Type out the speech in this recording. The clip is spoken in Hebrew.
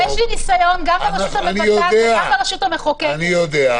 יש לי ניסיון גם ברשות המבצעת וגם ברשות המחוקקת -- אני יודע.